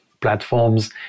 platforms